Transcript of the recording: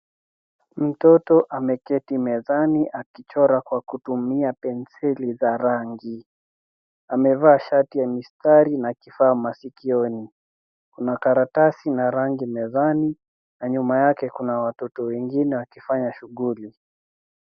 Mtoto ameketi mezani, akichora kwa kutumia penseli za rangi. Amevaa shati ya rangi na kifaa masikioni. Kuna karatasi na rangi mezani, na nyuma yake kuna watoto wengine wakifanya shughuli.